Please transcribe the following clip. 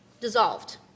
dissolved